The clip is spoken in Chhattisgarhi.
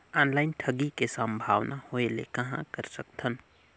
ऑनलाइन ठगी के संभावना होय ले कहां कर सकथन?